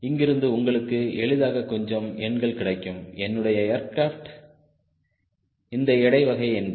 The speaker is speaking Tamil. இங்கிருந்து உங்களுக்கு எளிதாக கொஞ்சம் எண்கள் கிடைக்கும் என்னுடைய ஏர்க்ரப்ட் இந்த எடை வகை என்று